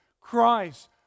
Christ